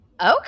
Okay